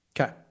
okay